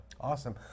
Awesome